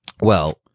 Well-